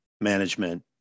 management